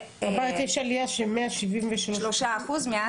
אמרת שיש עלייה של 173 אחוז.